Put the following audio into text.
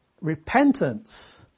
repentance